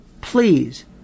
Please